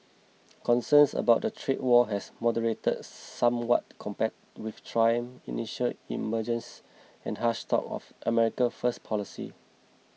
concerns about a trade war have moderated somewhat compared with Trump's initial emergence and harsh talk of America first policy